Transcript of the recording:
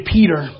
Peter